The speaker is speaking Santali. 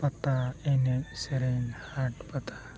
ᱯᱟᱛᱟ ᱮᱱᱮᱡ ᱥᱮᱨᱮᱧ ᱦᱟᱴ ᱯᱟᱛᱟ